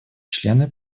члены